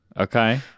Okay